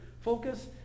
focus